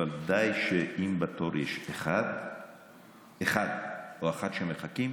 אבל די בזה שיש בתור אחד או אחת שמחכים,